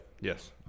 Yes